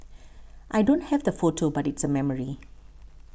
I don't have the photo but it's a memory